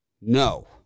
No